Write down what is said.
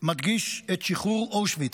מדגיש את שחרור אושוויץ,